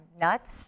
nuts